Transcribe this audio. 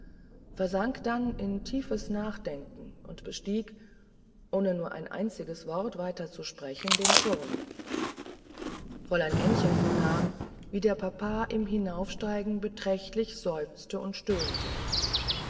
versank dann in tiefes nachdenken und bestieg ohne nur ein einziges wort weiter zu sprechen den turm fräulein ännchen vernahm wie der papa im hinaufsteigen beträchtlich seufzte und stöhnte